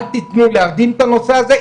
אל תיתנו להרדים את הנושא הזה,